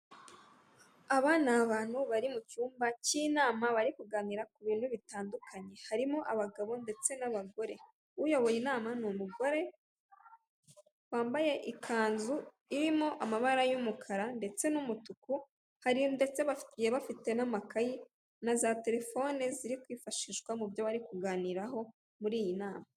Aba ni abantu bari mu cyumba cy'inama bari kuganira ku bintu bitandukanye, harimo abagabo ndetse n'abagore, uyoboye inama n'umugore wambaye ikanzu irimo amabara y'umukara ndetse n'umutuku hari ndetse abafite n'amakayi na za telefone ziri kwifashishwa mu byo bari kuganiraho muri iyi nama.